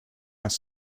his